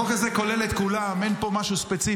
החוק הזה כולל את כולם, אין פה משהו ספציפי.